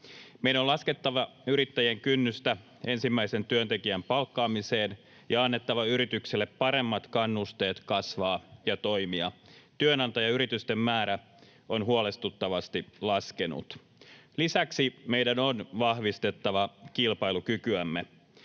Meidän on laskettava yrittäjien kynnystä ensimmäisen työntekijän palkkaamiseen ja annettava yrityksille paremmat kannusteet kasvaa ja toimia. Työnantajayritysten määrä on huolestuttavasti laskenut. Lisäksi meidän on vahvistettava kilpailukykyämme.